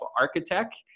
Architect